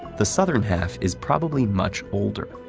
the southern half is probably much older,